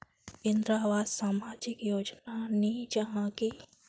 इंदरावास सामाजिक योजना नी जाहा की?